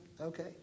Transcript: okay